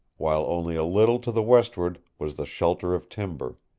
while only a little to the westward was the shelter of timber.